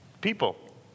people